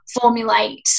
formulate